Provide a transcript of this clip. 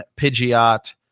Pidgeot